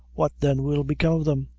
what, then, will become of them?